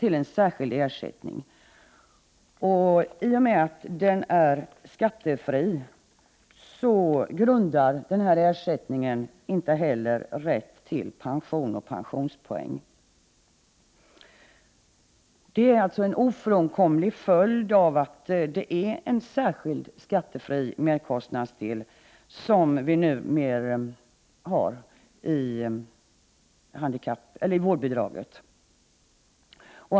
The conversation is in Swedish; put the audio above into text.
I och med att kostnadsersättningen är skattefri utgör den inte heller grund för rätt till pension eller pensionspoäng. Detta är en ofrånkomlig följd av att vi numera har en särskild skattefri merkostnadsdel i vårdbidraget.